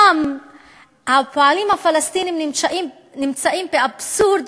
גם הפועלים הפלסטינים נמצאים באבסורד,